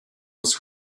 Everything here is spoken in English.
his